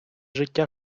життя